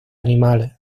animales